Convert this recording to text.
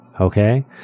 okay